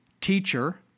teacher